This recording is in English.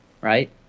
right